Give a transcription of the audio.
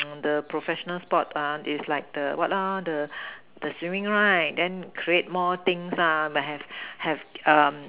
the professional sports ah is like the what lah the the swimming right create more things lah have have um